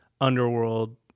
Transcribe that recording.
Underworld